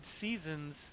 seasons